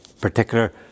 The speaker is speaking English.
particular